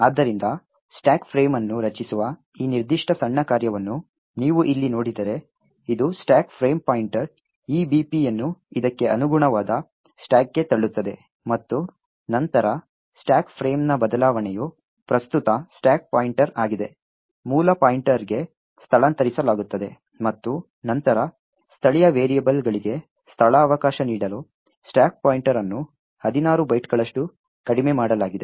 ಆದ್ದರಿಂದ stack frame ಅನ್ನು ರಚಿಸುವ ಈ ನಿರ್ದಿಷ್ಟ ಸಣ್ಣ ಕಾರ್ಯವನ್ನು ನೀವು ಇಲ್ಲಿ ನೋಡಿದರೆ ಇದು ಸ್ಟಾಕ್ ಫ್ರೇಮ್ ಪಾಯಿಂಟರ್ EBP ಯನ್ನು ಇದಕ್ಕೆ ಅನುಗುಣವಾದ ಸ್ಟಾಕ್ಗೆ ತಳ್ಳುತ್ತದೆ ಮತ್ತು ನಂತರ ಸ್ಟಾಕ್ ಫ್ರೇಮ್ನ ಬದಲಾವಣೆಯು ಪ್ರಸ್ತುತ ಸ್ಟಾಕ್ ಪಾಯಿಂಟರ್ ಆಗಿದೆ ಮೂಲ ಪಾಯಿಂಟರ್ಗೆ ಸ್ಥಳಾಂತರಿಸಲಾಗುತ್ತದೆ ಮತ್ತು ನಂತರ ಸ್ಥಳೀಯ ವೇರಿಯೇಬಲ್ಗಳಿಗೆ ಸ್ಥಳಾವಕಾಶ ನೀಡಲು ಸ್ಟಾಕ್ ಪಾಯಿಂಟರ್ ಅನ್ನು 16 ಬೈಟ್ಗಳಷ್ಟು ಕಡಿಮೆ ಮಾಡಲಾಗಿದೆ